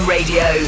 Radio